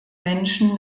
menschen